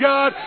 God